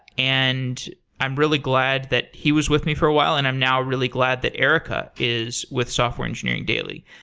and i'm really glad that he was with me for a while and i'm now really glad that erica is with software engineering daily.